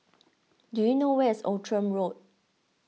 do you know where is Outram Road